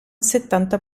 settanta